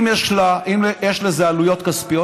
אם יש לזה עלויות כספיות,